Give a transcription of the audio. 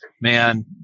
man